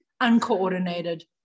uncoordinated